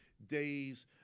Days